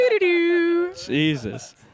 Jesus